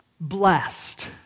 blessed